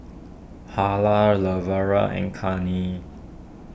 Harlan Lavera and Cannie